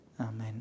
Amen